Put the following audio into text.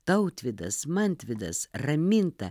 tautvydas mantvydas raminta